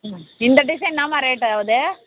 ம் இந்த டிசைன் என்னாம்மா ரேட்டு ஆகுது